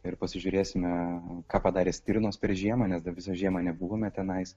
ir pasižiūrėsime ką padarė stirnos per žiemą nes dar visą žiemą nebuvome tenais